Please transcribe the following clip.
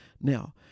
Now